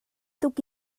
tuk